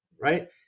right